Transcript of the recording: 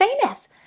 famous